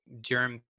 germ